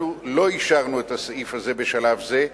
אנחנו לא אישרנו את הסעיף הזה בשלב זה,